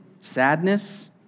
sadness